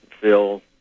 Phil